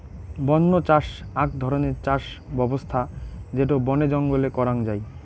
বন্য চাষ আক ধরণের চাষ ব্যবছস্থা যেটো বনে জঙ্গলে করাঙ যাই